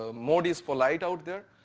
ah mode is polite out there,